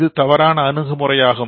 இது தவறான அணுகுமுறையாகும்